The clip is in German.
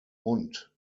und